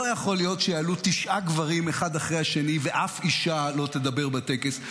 לא יכול להיות שיעלו תשעה גברים אחד אחרי השני ואף אישה לא תדבר בטקס.